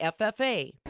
FFA